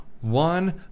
one